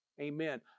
Amen